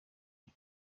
you